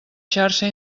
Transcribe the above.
xarxa